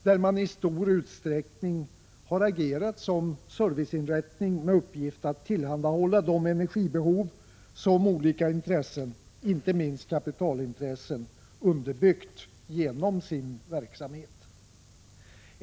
Där har man i stor utsträckning agerat som en serviceinrättning med uppgift att tillfredsställa det energibehov som olika intressen, inte minst kapitalintressen, underbyggt genom sin verksamhet.